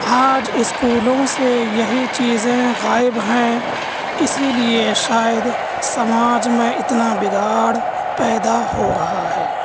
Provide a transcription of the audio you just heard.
آج اسکولوں سے یہی چیزیں غائب ہیں اسی لیے شاید سماج میں اتنا بگاڑ پیدا ہو رہا ہے